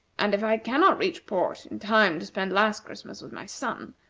and if i cannot reach port in time to spend last christmas with my son,